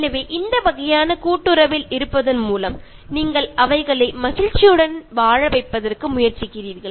எனவே இந்த வகையான கூட்டுறவில் இருப்பதன் மூலம் நீங்கள் அவைகளை மகிழ்ச்சியுடன் வாழ வைப்பதற்கு முயற்சிக்கிறீர்கள்